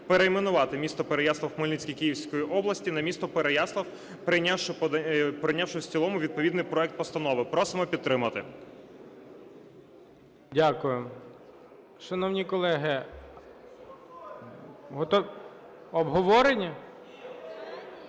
перейменувати місто Переяслав-Хмельницький Київського області на місто Переяслав, прийнявши в цілому відповідний проект постанови. Просимо підтримати. ГОЛОВУЮЧИЙ. Дякую. Шановні колеги! (Шум у